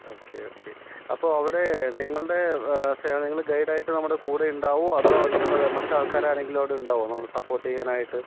okay okay അപ്പോൾ അവിടെ നിങ്ങളുടെ സേവനങ്ങൾ ഗൈഡ് ആയിട്ട് നമ്മുടെ കൂടെ ഉണ്ടാകുമോ അതോ നിങ്ങളുടെ വേറെ മറ്റ് ആൾക്കാരാരെങ്കിലും അവിടെ ഉണ്ടാകുമോ നമ്മളെ സപോർട്ട് ചെയ്യാനായിട്ട്